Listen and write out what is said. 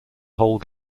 whole